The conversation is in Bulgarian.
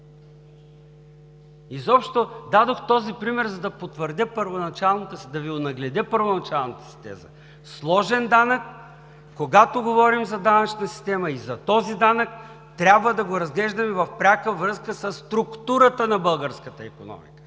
Изобщо дадох този пример, за да потвърдя, да онагледя първоначалната си теза – сложен данък. Когато говорим за данъчната система и за този данък, трябва да го разглеждаме в пряка връзка със структурата на българската икономика.